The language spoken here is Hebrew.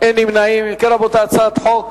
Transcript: להעביר את הצעת חוק